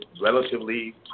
relatively